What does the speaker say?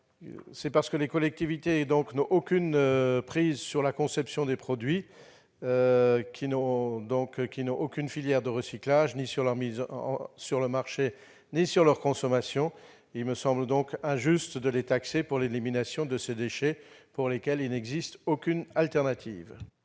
rectifié. Les collectivités n'ont de prise ni sur la conception des produits qui n'ont aucune filière de recyclage, ni sur leur mise sur le marché, ni sur leur consommation. Il semble donc injuste de les taxer pour l'élimination de ces déchets pour lesquels il n'existe aucune alternative.